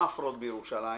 כמה בירושלים?